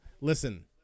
Listen